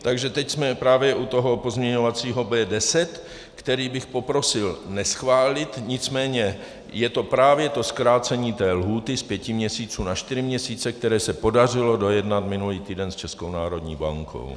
Takže teď jsme právě u pozměňovacího návrhu B10, který bych poprosil neschválit, nicméně je to právě to zkrácení lhůty z pěti měsíců na čtyři měsíce, které se podařilo dojednat minulý týden s Českou národní bankou.